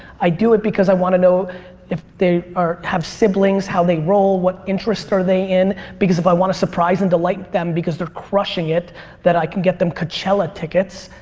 i do it because i want to know if they have siblings how they roll what interests are they in because if i want to surprise and delight them because they're crushing it that i can get them coachella tickets,